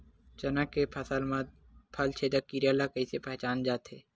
चना के फसल म फल छेदक कीरा ल कइसे पहचान करे जाथे?